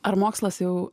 ar mokslas jau